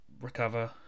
recover